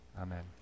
amen